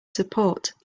support